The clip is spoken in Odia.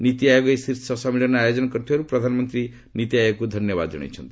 ନୀତିଆୟୋଗ ଏହି ଶୀର୍ଷ ସମ୍ମିଳନୀର ଆୟୋଜନ କରିଥିବାରୁ ପ୍ରଧାନମନ୍ତ୍ରୀ ନୀତିଆୟୋଗକୁ ଧନ୍ୟବାଦ ଜଣାଇଛନ୍ତି